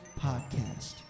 Podcast